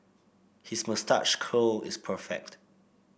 his moustache curl is perfect